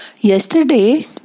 Yesterday